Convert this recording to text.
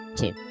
two